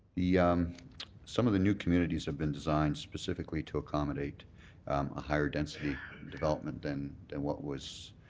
the um some of the new communities have been designed specifically to accommodate a higher density development than than what was